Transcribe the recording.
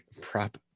prop